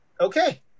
Okay